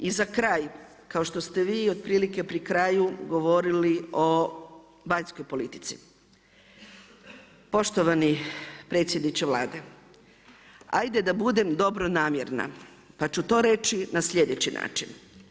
I za kraj, kao što ste vi otprilike pri kraju govorili o vanjskoj politici, poštovani predsjedniče Vlade, ajde da budem dobro namjerna pa ću to reći na sljedeći način.